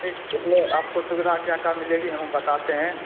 ठीक उसमें आपको सुविधा क्या का मिलेगी हम बताते हैं